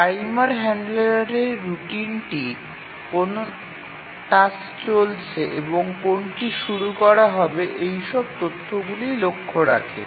timer হ্যান্ডলারের রুটিনটি কোন টাস্কটি চলছে এবং কোনটি শুরু করা হবে এইসব তথ্যগুলি লক্ষ্য রাখে